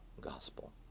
gospel